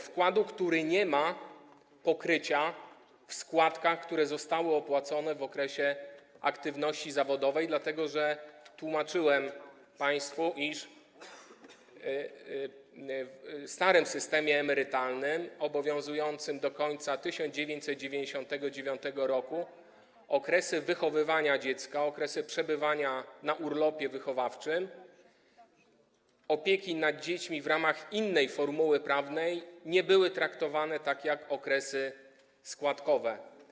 Ten wkład nie ma pokrycia w składkach, które zostały opłacone w okresie aktywności zawodowej, dlatego że - jak tłumaczyłem państwu - w starym systemie emerytalnym obowiązującym do końca 1999 r. okresy wychowywania dziecka, okresy przebywania na urlopie wychowawczym czy opieki nad dziećmi w ramach innej formuły prawnej nie były traktowane jako okresy składkowe.